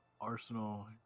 Arsenal